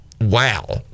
Wow